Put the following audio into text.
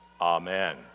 Amen